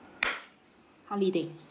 holiday